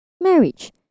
Marriage